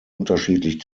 unterschiedlich